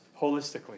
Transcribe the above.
holistically